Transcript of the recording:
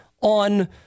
on